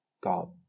God